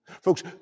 Folks